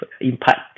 impact